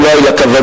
אולי על הכוונות,